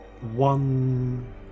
One